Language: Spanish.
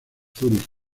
zúrich